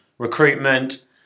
recruitment